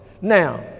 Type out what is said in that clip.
Now